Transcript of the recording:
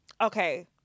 Okay